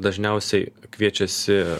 dažniausiai kviečiasi